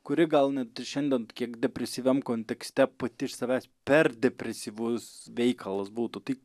kuri gal net ir šiandien kiek depresyviam kontekste pati iš savęs per depresyvus veikalas būtų tai